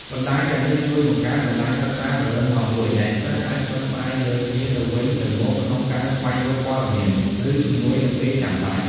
បណ្តាញទាំងនេះជួយបង្កើត បណ្តាញសិក្សា ដ៏រឹងមាំមួយ ដែលសិស្សអាចពឹងផ្អែកលើគ្នាទៅវិញទៅមកក្នុងការស្វែងរកព័ត៌មាន ឬជំនួយនៅពេលចាំបាច់។